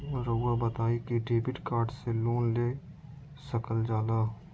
रहुआ बताइं कि डेबिट कार्ड से लोन ले सकल जाला?